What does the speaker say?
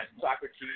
Socrates